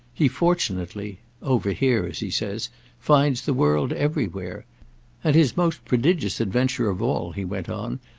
he fortunately over here as he says finds the world everywhere and his most prodigious adventure of all, he went on,